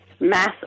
Mass